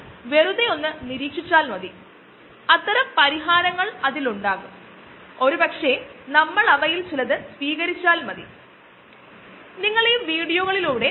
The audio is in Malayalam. അതോടൊപ്പം പോഷകവും സഹിതം അതായത് നമ്മൾ തൈര് നിർമ്മാണത്തിന്റെ കേസിൽ കണ്ടപോലെ പോഷകങ്ങൾ തൈര് ആയിട്ട് പരിവർത്തനം ചെയപ്പെടുന്നു അതുപോലെ ലാക്ടോബാസിലസ് ആണ് അതിനെ തൈര് ആക്കി മാറ്റുന്നത്